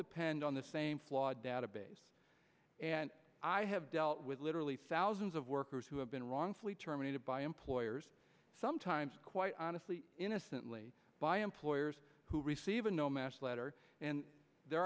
depend on the same flawed database and i have dealt with literally thousands of workers who have been wrongfully terminated by employers sometimes quite honestly innocently by employers who receive a no match letter and there